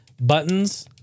Buttons